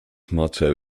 motto